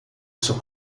seu